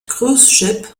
cruiseschip